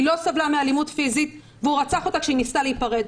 היא לא סבלה מאלימות פיזית והוא רצח אותה כשהיא ניסתה להיפרד.